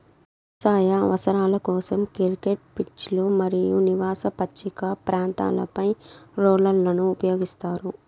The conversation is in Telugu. వ్యవసాయ అవసరాల కోసం, క్రికెట్ పిచ్లు మరియు నివాస పచ్చిక ప్రాంతాలపై రోలర్లను ఉపయోగిస్తారు